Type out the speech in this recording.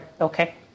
Okay